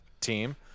team